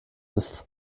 ist